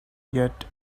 yet